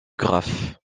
graphe